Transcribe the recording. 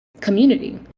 community